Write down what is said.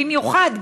במיוחד,